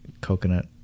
coconut